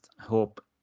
Hope